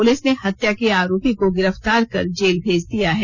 police ने हत्या के आरोपी को गिरफ्तार कर जेल भेज दिया है